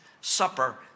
supper